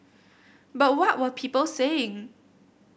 but what were people saying